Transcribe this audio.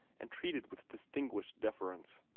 and treated with distinguished deference.